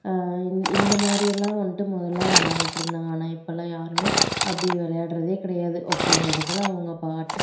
இந்த இந்த மாதிரில்லாம் வந்துட்டு முதல்ல விளாண்டுட்டு இருந்தாங்க ஆனால் இப்போல்லாம் யாருமே அப்படி விளையாட்றதே கிடையாது உக்கார்ந்த இடத்துல அவங்க பாட்டு